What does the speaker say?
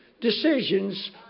decisions